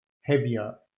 heavier